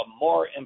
more